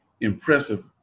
impressive